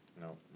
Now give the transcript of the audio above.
No